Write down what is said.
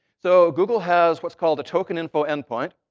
so google has what's called a token info endpoint.